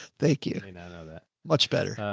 thank you. i now know that much better.